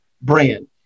brand